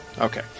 Okay